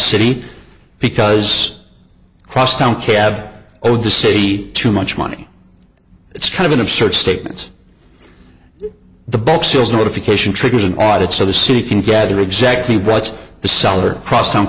city because crosstown cab owed the city too much money it's kind of an absurd statements the bedsores notification triggers an audit so the city can gather exactly what the seller cross